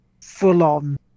full-on